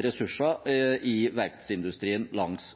ressurser i verftsindustrien langs